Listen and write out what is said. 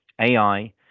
AI